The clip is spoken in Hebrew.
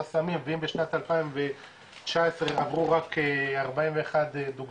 סמים ואם בשנת 2019 עברו רק 41 דוגמאות,